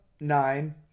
Nine